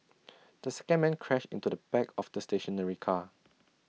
the second man crashed into the back of the stationary car